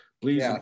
Please